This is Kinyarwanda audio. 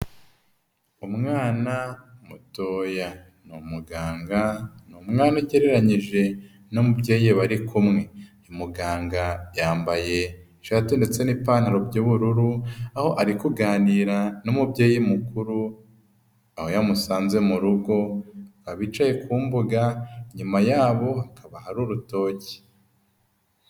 Umwana mutoya ni umuganga ni umwana ugereranyije n'umubyeyi bari kumwemwe, uyu muganga yambaye ishati ndetse n'ipantaro by'ubururu aho ari kuganira n'umubyeyi mukuru, aho yamusanze mu rugo bakaba bicaye ku mbuga, inyuma yabo hakaba hari urutoki.